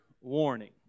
warning